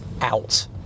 out